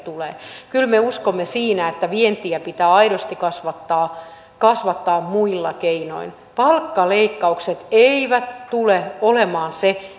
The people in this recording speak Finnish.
tulee kyllä me uskomme siihen että vientiä pitää aidosti kasvattaa kasvattaa muilla keinoin palkkaleikkaukset eivät tule olemaan se